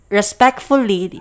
respectfully